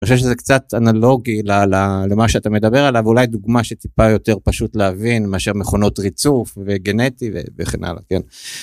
אני חושב שזה קצת אנלוגי למה שאתה מדבר עליו, אולי דוגמה שטיפה יותר פשוט להבין מאשר מכונות ריצוף וגנטי וכן הלאה, כן.